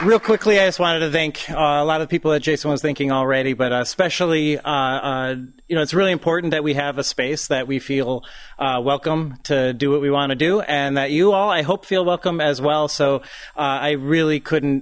real quickly i just wanted to thank a lot of people that jason was thinking already but especially you know it's really important that we have a space that we feel welcome to do what we want to do and that you all i hope feel welcome as well so i really couldn't